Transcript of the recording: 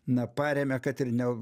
na paremia kad ir ne